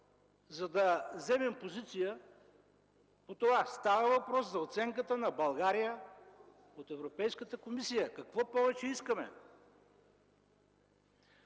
за да заемем позиция по това? Става въпрос за оценката за България от Европейската комисия. Какво повече искаме?!